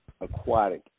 aquatic